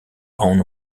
own